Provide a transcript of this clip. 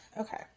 Okay